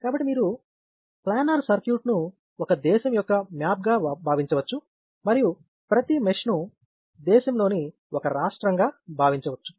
కాబట్టి మీరు ప్లానర్ సర్క్యూట్ను ఒక దేశం యొక్క మ్యాప్గా భావించవచ్చు మరియు ప్రతి మెష్ ను దేశం లోని ఒక రాష్ట్రంగా భావించవచ్చు